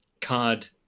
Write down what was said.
card